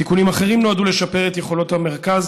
תיקונים אחרים נועדו לשפר את יכולות המרכז